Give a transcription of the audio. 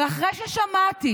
אבל אחרי ששמעתי